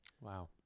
Wow